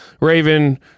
Raven